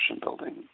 building